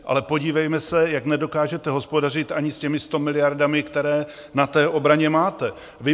Ale podívejme se, jak nedokážete hospodařit ani s těmi 100 miliardami, které na obraně máte vy.